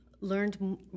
Learned